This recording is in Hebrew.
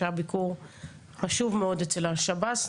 שהיה ביקור חשוב מאוד אצל השב"ס.